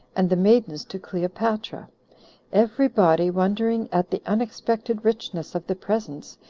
and the maidens to cleopatra every body wondering at the unexpected richness of the presents,